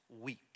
weep